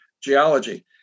geology